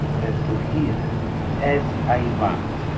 to hear as i want.